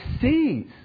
sees